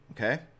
Okay